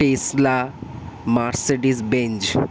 Tesla Mercedes Benz